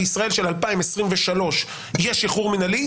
בישראל של 2023 יש שחרור מינהלי,